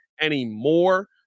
anymore